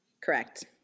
Correct